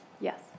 Yes